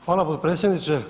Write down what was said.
Hvala potpredsjedniče.